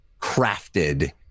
crafted